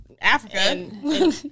Africa